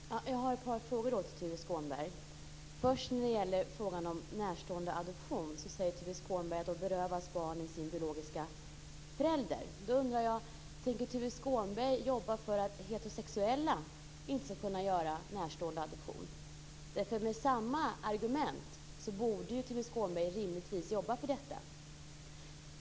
Fru talman! Jag har ett par frågor till Tuve Skånberg. Först gäller det frågan om närståendeadoption. Tuve Skånberg säger att då berövas barnet sin biologiska förälder. Då undrar jag: Tänker Tuve Skånberg jobba för att heterosexuella inte ska kunna göra närståendeadoption? Med samma argument borde Tuve Skånberg rimligtvis jobba för detta.